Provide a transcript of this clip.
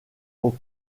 aux